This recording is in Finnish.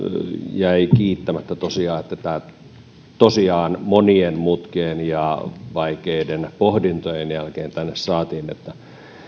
jäi kiittämättä että tämä tosiaan monien mutkien ja vaikeiden pohdintojen jälkeen tänne saatiin